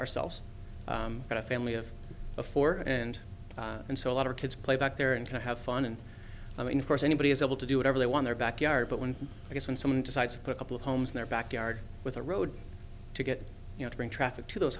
ourselves and a family of four and and so a lot of kids play back there and have fun and i mean of course anybody is able to do whatever they want their backyard but when i guess when someone decides to put a couple of homes in their backyard with a road to get you know to bring traffic to those